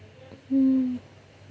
hmm